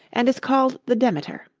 and is called the demeter.